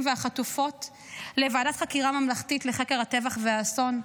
והחטופות ולוועדת חקירה ממלכתית לחקר הטבח והאסון.